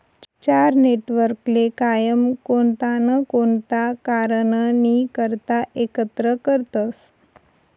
चार नेटवर्कले कायम कोणता ना कोणता कारणनी करता एकत्र करतसं